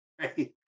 right